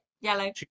Yellow